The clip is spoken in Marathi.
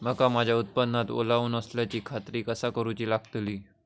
मका माझ्या उत्पादनात ओलावो नसल्याची खात्री कसा करुची लागतली?